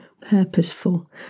purposeful